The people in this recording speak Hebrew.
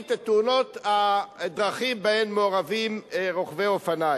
את תאונות הדרכים שבהן מעורבים רוכבי אופניים.